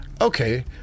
Okay